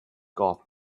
golf